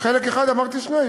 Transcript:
אמרת שתי.